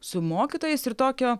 su mokytojais ir tokio